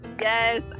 yes